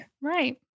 Right